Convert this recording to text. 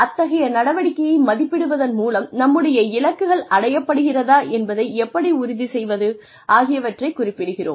அத்தகைய நடவடிக்கையை மதிப்பிடுவதன் மூலம் நம்முடைய இலக்குகள் அடைய படுகிறதா என்பதை எப்படி உறுதி செய்வது ஆகியவற்றைக் குறிப்பிடுகிறோம்